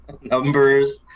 Numbers